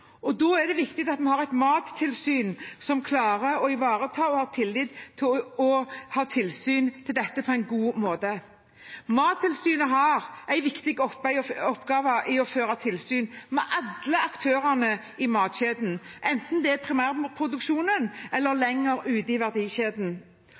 dyrevelferd. Da er det viktig at vi har et mattilsyn som klarer å ivareta – og ha tillit til å ha – tilsyn med dette på en god måte. Mattilsynet har en viktig oppgave i å føre tilsyn med alle aktørene i matkjeden, enten det er i primærproduksjonen eller